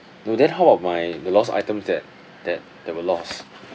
no then how about my the lost item that that that were lost